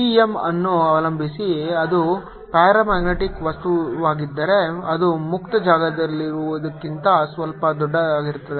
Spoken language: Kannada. chi m ಅನ್ನು ಅವಲಂಬಿಸಿ ಅದು ಪ್ಯಾರಾಮ್ಯಾಗ್ನೆಟಿಕ್ ವಸ್ತುವಾಗಿದ್ದರೆ ಅದು ಮುಕ್ತ ಜಾಗದಲ್ಲಿರುವುದಕ್ಕಿಂತ ಸ್ವಲ್ಪ ದೊಡ್ಡದಾಗಿರುತ್ತದೆ